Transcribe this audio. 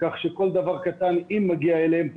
כך שכל דבר קטן אם מגיע אליהם,